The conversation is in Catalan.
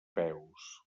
peus